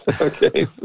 Okay